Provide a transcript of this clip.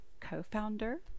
co-founder